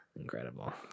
Incredible